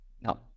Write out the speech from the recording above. no